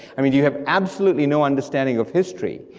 i mean do you have absolutely no understanding of history,